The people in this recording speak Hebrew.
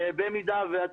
במידה ותרצה,